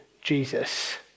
Jesus